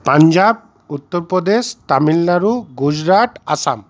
Punjab Uttar Pradesh Tamil Nadu Gujarat Assam